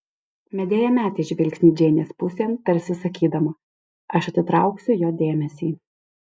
medėja metė žvilgsnį džeinės pusėn tarsi sakydama aš atitrauksiu jo dėmesį